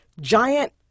Giant